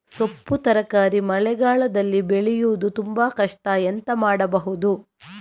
ಸೊಪ್ಪು ತರಕಾರಿ ಮಳೆಗಾಲದಲ್ಲಿ ಬೆಳೆಸುವುದು ತುಂಬಾ ಕಷ್ಟ ಎಂತ ಮಾಡಬಹುದು?